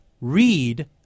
Read